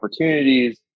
opportunities